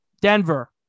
Denver